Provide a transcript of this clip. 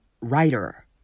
writer